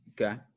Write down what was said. Okay